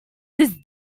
this